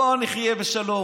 אדוני השר, אתה שומע?